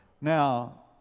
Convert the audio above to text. Now